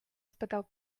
спитав